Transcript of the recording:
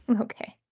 Okay